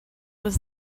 was